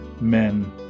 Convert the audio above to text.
men